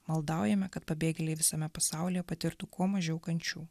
maldaujame kad pabėgėliai visame pasaulyje patirtų kuo mažiau kančių